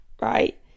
right